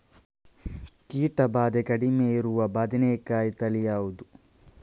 ಕೀಟ ಭಾದೆ ಕಡಿಮೆ ಇರುವ ಬದನೆಕಾಯಿ ತಳಿ ಯಾವುದು?